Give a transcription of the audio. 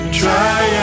try